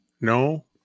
No